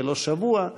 ולא שבוע,